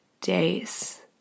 days